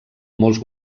molts